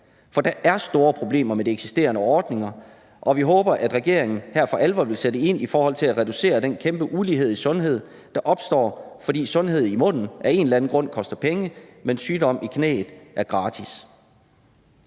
her. Der er store problemer med de eksisterende ordninger, og vi håber, at regeringen her for alvor vil sætte ind i forhold til at reducere den kæmpe ulighed i sundhed, der opstår, fordi sundhed i munden af en eller anden grund koster penge, mens sygdom i knæet er gratis.